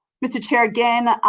mr chair, again,